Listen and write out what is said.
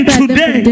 today